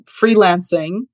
freelancing